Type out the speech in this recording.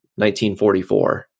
1944